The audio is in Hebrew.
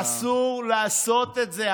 אסור לעשות את זה.